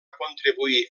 contribuir